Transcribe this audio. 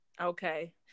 okay